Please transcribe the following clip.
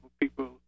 people